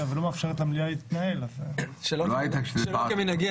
ולא מאפשרת למליאה להתנהל --- שלא כמנהגי,